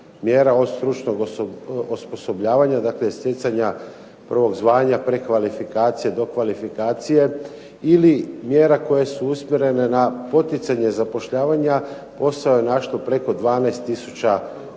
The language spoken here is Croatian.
mjera od stručnog osposobljavanja, stjecanja prvog zvanja, prekvalifikacije, dokvalifikacije ili mjera koje su usmjerene na poticanje zapošljavanja, posao je našlo preko 12 tisuća